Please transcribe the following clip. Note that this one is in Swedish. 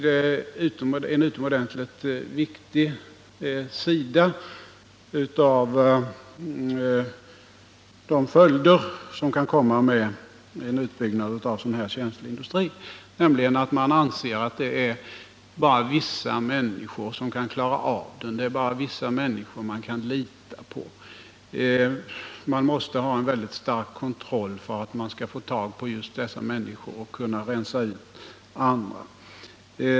Det är utomordentligt intressant att man, när man bygger ut denna känsliga industri, tycks anse att bara vissa människor kan klara av säkerhetsproblemen, att det är bara vissa människor man kan lita på och att man måste ha stark kontroll för att få tag på just dessa människor och kunna rensa ut andra.